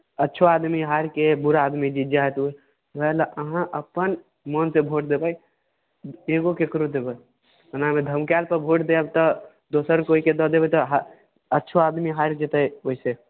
अच्छो आदमी हारि कऽ बुरा आदमी जीत जाइ हइ तो उएह लेल अहाँ अपन मोनसँ भोट देबै एगो ककरो देबै ओना धमकायत तऽ भोट देबै तऽ दोसर कोइकेँ दऽ देबै तऽ ह अच्छो आदमी हारि जेतै ओहिसँ